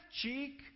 cheek